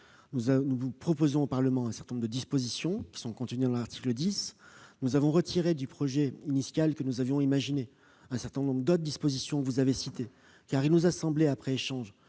Nous proposons au Parlement un certain nombre de dispositions dans cet article 10. Nous avons en revanche retiré du projet initial que nous avions imaginé un certain nombre d'autres dispositions, que vous avez citées, car il nous a semblé, après échanges,